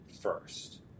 first